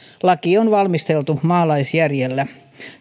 laki on valmisteltu maalaisjärjellä